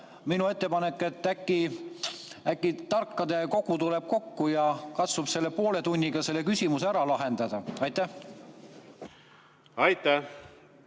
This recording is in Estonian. Minu ettepanek: äkki tarkade kogu tuleb kokku ja katsub poole tunniga selle küsimuse ära lahendada. Aitäh,